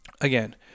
Again